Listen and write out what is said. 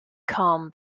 calm